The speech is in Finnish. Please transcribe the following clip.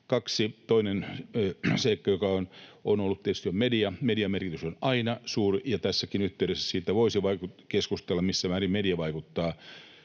Toinen seikka, joka on ollut, on tietysti media. Median merkitys on aina suuri, ja tässäkin yhteydessä siitä voisi keskustella, missä määrin media vaikuttaa